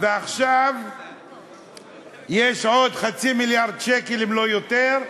ועכשיו יש עוד חצי מיליארד שקל, אם לא יותר,